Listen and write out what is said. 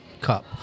cup